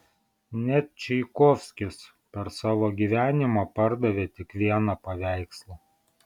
net čaikovskis per savo gyvenimą pardavė tik vieną paveikslą